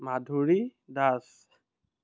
Madhuri Das